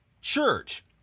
church